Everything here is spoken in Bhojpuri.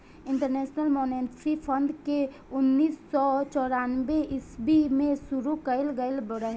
इंटरनेशनल मॉनेटरी फंड के उन्नीस सौ चौरानवे ईस्वी में शुरू कईल गईल रहे